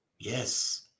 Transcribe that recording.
Yes